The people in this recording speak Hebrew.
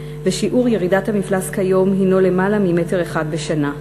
ושיעור ירידת המפלס כיום הוא למעלה ממטר אחד בשנה.